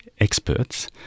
experts